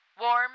warm